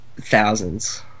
thousands